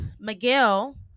Miguel